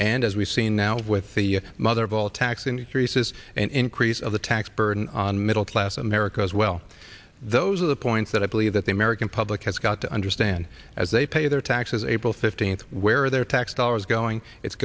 and as we've seen now with the mother of all tax increases and increase of the tax burden on middle class americans well those are the points that i believe that the american public has got to understand as they pay their taxes april fifteenth where their tax dollars going it's